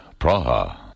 Praha